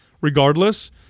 regardless